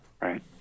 Right